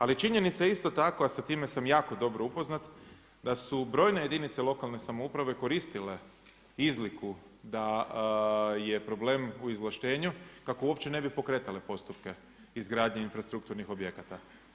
Ali činjenica je isto tako a sa time sam jako dobro upoznat da su brojne jedinice lokalne samouprave koristile izliku da je problem u izvlaštenju kako uopće ne bi pokretale postupke izgradnje infrastrukturnih objekata.